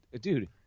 Dude